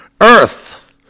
Earth